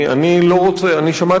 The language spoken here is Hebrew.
אני מודה